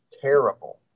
terrible